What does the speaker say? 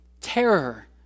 terror